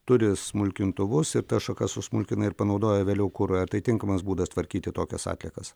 turi smulkintuvus ir tas šakas susmulkina ir panaudoja vėliau kurui ar tai tinkamas būdas tvarkyti tokias atliekas